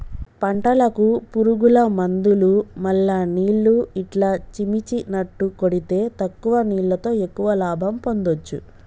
పంటలకు పురుగుల మందులు మల్ల నీళ్లు ఇట్లా చిమ్మిచినట్టు కొడితే తక్కువ నీళ్లతో ఎక్కువ లాభం పొందొచ్చు